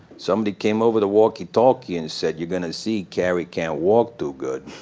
somebody came over the walkie-talkie and said, you're gonna see cary can't walk too good.